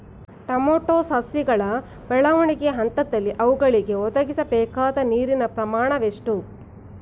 Tomato ಸಸಿಗಳ ಬೆಳವಣಿಗೆಯ ಹಂತದಲ್ಲಿ ಅವುಗಳಿಗೆ ಒದಗಿಸಲುಬೇಕಾದ ನೀರಿನ ಪ್ರಮಾಣ ಎಷ್ಟು?